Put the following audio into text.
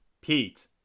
Pete